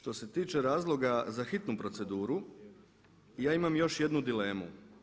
Što se tiče razloga za hitnu proceduru, ja imam još jednu dilemu.